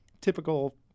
typical